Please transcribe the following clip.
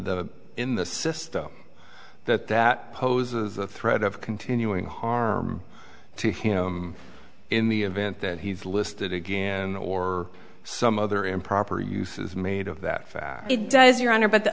the system that that poses a threat of continuing harm to him in the event that he's listed again or some other improper use is made of that it does your honor but the